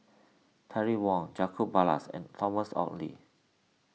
Terry Wong Jacob Ballas and Thomas Oxley